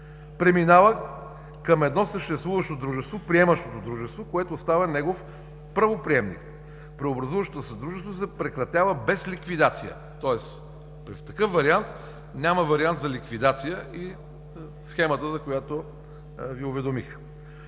преминава към едно съществуващо дружество – приемащото дружество, което става негов правоприемник. Преобразуващото се дружество се прекратява без ликвидация. Тоест при такъв вариант няма вариант за ликвидация и схемата, за която Ви уведомих.